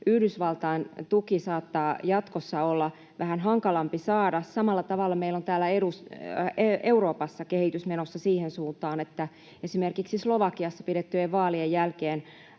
Yhdysvaltain tukea saattaa jatkossa olla vähän hankalampi saada. Samalla tavalla meillä on täällä Euroopassa kehitys menossa siihen suuntaan, että esimerkiksi Slovakiassa pidettyjen vaalien jälkeen